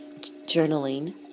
journaling